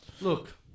Look